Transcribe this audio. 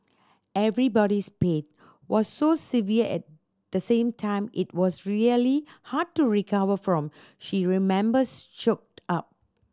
everybody's pain was so severe at the same time it was really hard to recover from she remembers choked up